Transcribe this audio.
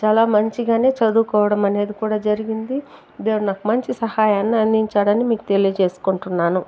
చాలా మంచిగానే చదువుకోవడం అనేది కూడా జరిగింది దేవుడు నాకు మంచి సహాయాన్ని అందించాడని మీకు తెలియజేసుకుంటున్నాను